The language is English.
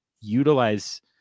utilize